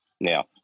Now